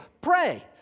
Pray